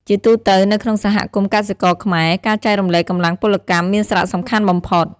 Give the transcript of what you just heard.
ជាទូទៅ នៅក្នុងសហគមន៍កសិករខ្មែរ ការចែករំលែកកម្លាំងពលកម្មមានសារៈសំខាន់បំផុត។